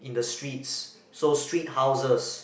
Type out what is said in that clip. in the streets so street houses